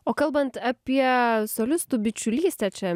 o kalbant apie solistų bičiulystę čia